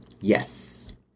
Yes